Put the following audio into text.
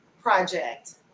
project